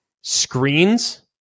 Screens